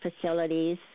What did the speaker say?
facilities